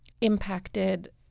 impacted